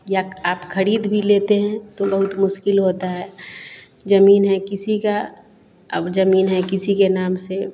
या आप ख़रीद भी लेते हैं तो बहुत मुश्किल होती है ज़मीन है किसी की अब ज़मीन है किसी के नाम से